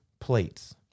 plates